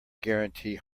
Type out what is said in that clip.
guarantee